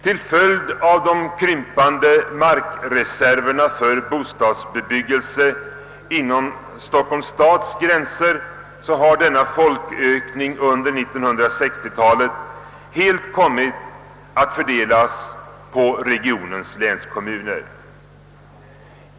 Till följd av de krympande markreserverna för bostadsbebyggelse inom Stockholms stads gränser har denna folkökning under 1960-talet helt kommit att fördelas på regionens länskommuner.